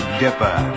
dipper